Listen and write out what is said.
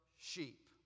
sheep